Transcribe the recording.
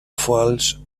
falls